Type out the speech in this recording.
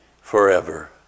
forever